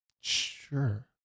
Sure